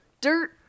dirt